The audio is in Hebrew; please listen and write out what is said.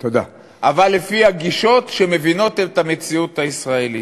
אבל לפי הגישות שמבינות את המציאות הישראלית.